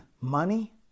money